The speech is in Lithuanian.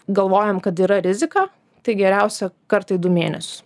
galvojam kad yra rizika tai geriausia kartą į du mėnesius